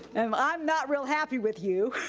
um i'm not real happy with you.